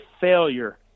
failure